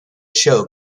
show